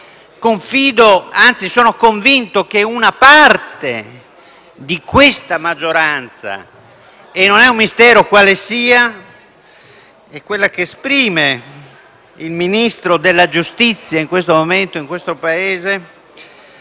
sono convinto - che una parte di questa maggioranza, e non è un mistero quale sia (quella che esprime il Ministro della giustizia in questo momento in questo Paese)